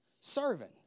Serving